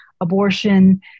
abortion